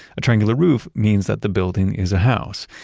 a triangular roof means that the building is a house.